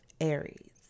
Aries